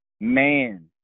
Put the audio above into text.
man